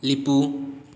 ꯂꯦꯞꯄꯨ